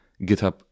GitHub